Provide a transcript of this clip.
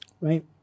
Right